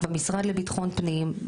במשרד לביטחון פנים,